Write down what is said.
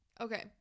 okay